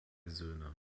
söhne